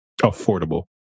affordable